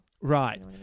Right